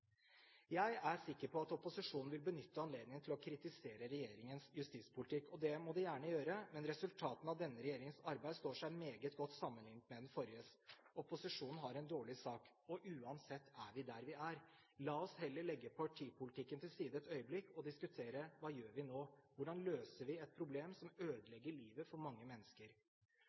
Jeg er sikker på at opposisjonen vil benytte anledningen til å kritisere regjeringens justispolitikk. Det må de gjerne gjøre, men resultatene av denne regjeringens arbeid står seg meget godt, sammenlignet med den forriges. Opposisjonen har en dårlig sak. Uansett er vi der vi er. La oss heller legge partipolitikken til side et øyeblikk og diskutere: Hva gjør vi nå? Hvordan løser vi et problem som ødelegger livet for mange mennesker?